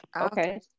Okay